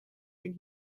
and